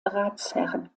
ratsherrn